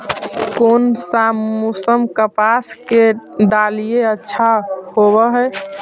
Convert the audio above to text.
कोन सा मोसम कपास के डालीय अच्छा होबहय?